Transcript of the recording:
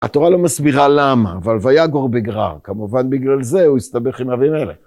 התורה לא מסבירה למה, אבל "ויגור בגרר", כמובן בגלל זה הוא הסתבך עם אבימלך.